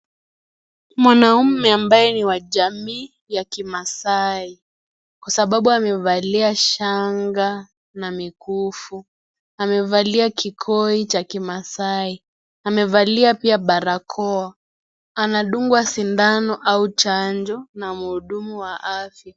Mwanaume ambaye ni wa jamii ya kimasai kwa sababu amevalia shanga na mikufu, amevalia kikoi cha kimasai, amevalia pia barakoa, anadungwa sindano au chanjo na mhudumu wa afya.